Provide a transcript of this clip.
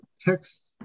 text